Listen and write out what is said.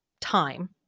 time